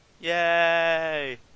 Yay